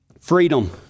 Freedom